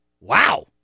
wow